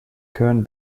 kern